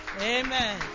Amen